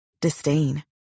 disdain